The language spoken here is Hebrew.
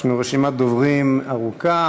יש לנו רשימת דוברים ארוכה.